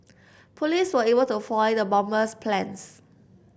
police were able to foil the bomber's plans